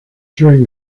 during